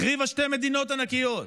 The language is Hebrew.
החריבה שתי מדינות ענקיות,